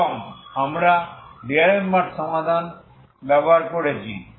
এবং আমরা ডিআলমবার্ট সমাধান Dalembert solution ব্যবহার করেছি